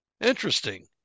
Interesting